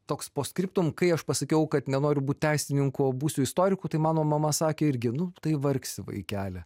toks post skriptum kai aš pasakiau kad nenoriu būt teisininku o būsiu istoriku tai mano mama sakė irgi nu tai vargsi vaikeli